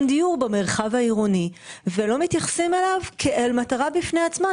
דיור במרחב העירוני ולא מתייחסים אליו כאל מטרה בפני עצמה.